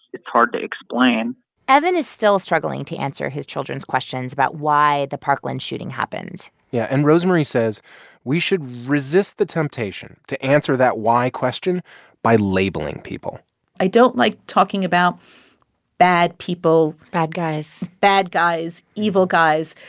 it's hard to explain evan is still struggling to answer his children's questions about why the parkland shooting happened yeah. and rosemarie says we should resist the temptation to answer that why question by labeling people i don't like talking about bad people. bad guys. bad guys, evil guys.